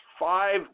Five